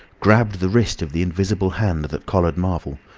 gripped the wrist of the invisible hand that that collared marvel,